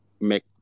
make